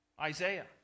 Isaiah